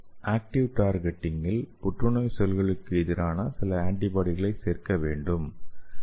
active டார்கெட்டிங்கில் புற்றுநோய் செல்களுக்கு எதிரான சில ஆன்டிபாடிகளை சேர்க்க வேண்டும்